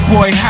Boy